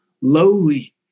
lowly